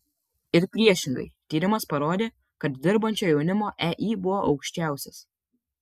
ir priešingai tyrimas parodė kad dirbančio jaunimo ei buvo aukščiausias